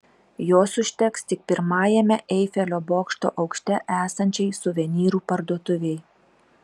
jos užteks tik pirmajame eifelio bokšto aukšte esančiai suvenyrų parduotuvei